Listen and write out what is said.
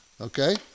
Okay